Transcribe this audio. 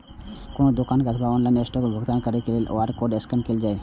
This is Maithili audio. कोनो दुकान अथवा ऑनलाइन स्टोर मे भुगतान करै लेल क्यू.आर कोड स्कैन कैल जाइ छै